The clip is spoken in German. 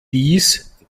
dies